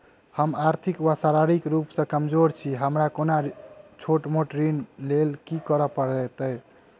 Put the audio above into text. हम आर्थिक व शारीरिक रूप सँ कमजोर छी हमरा कोनों छोट मोट ऋण लैल की करै पड़तै?